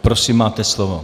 Prosím, máte slovo.